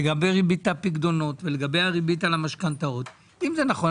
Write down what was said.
לגבי ריבית הפקדונות ולגבי הריבית על המשכנתאות - אם זה נכון,